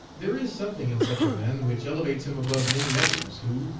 there is something in such a man which elevates him above many others who,